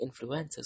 influencers